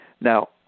Now